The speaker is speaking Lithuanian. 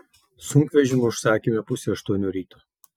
sunkvežimį užsakėme pusei aštuonių ryto